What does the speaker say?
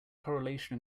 correlation